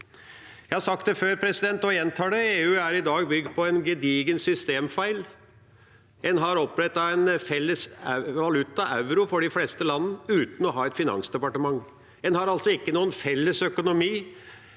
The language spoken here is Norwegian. Jeg har sagt det før, og jeg gjentar det: EU er i dag bygd på en gedigen systemfeil. En har opprettet en felles valuta, euro, for de fleste land uten å ha et finansdepartement. En har altså ikke noen felles økonomi,